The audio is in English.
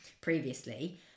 previously